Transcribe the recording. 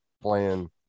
playing